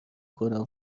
کنم